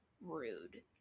rude